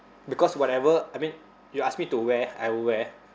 because whatever I mean you ask me to wear I will wear